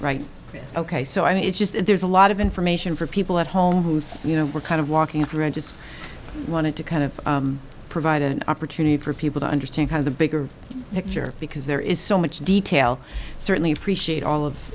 yes ok so i mean it's just there's a lot of information for people at home who's you know we're kind of walking through i just wanted to kind of provide an opportunity for people to understand how the bigger picture because there is so much detail certainly appreciate all of